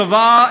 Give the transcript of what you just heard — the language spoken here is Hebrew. צוואה,